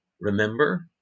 remember